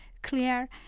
clear